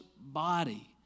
body